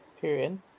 Period